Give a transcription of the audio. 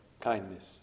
kindness